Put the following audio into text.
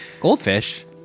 Goldfish